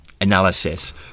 Analysis